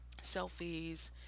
selfies